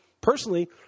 personally –